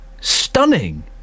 stunning